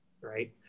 right